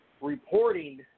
reporting